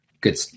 good